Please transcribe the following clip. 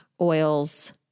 oils